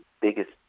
biggest